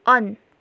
on